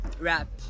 rap